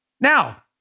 Now